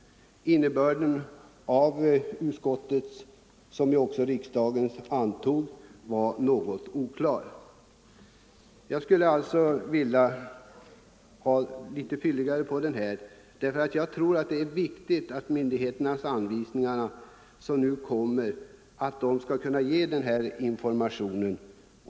Innebörden av utskottets skrivning — som ju också riksdagen antog — var något oklar. Jag skulle alltså vilja ha litet fylligare upplysningar om detta. Jag tror att det är viktigt att de anvisningar som kommer från myndigheterna skall kunna ge denna information.